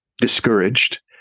discouraged